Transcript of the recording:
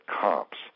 comps